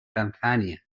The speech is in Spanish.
tanzania